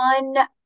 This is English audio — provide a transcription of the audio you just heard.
one